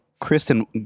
Kristen